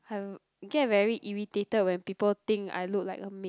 I get very irritated when people think I look like a maid